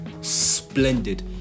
Splendid